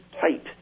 tight